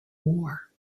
war